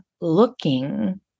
looking